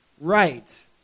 Right